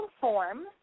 form